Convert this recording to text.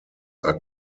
are